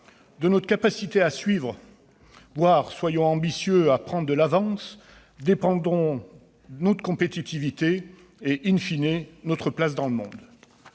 De notre capacité à suivre, voire- soyons ambitieux -à prendre de l'avance dépendront donc notre compétitivité et,, notre place dans le monde.